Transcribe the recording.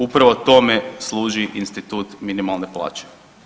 Upravo tome služi institut minimalne plaće.